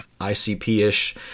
ICP-ish